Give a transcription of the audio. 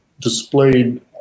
displayed